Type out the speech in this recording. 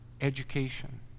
education